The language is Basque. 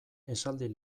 esaldi